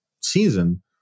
season